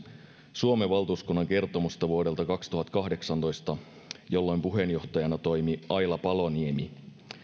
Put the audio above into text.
suomen valtuuskunnan kertomusta vuodelta kaksituhattakahdeksantoista jolloin puheenjohtajana toimi aila paloniemi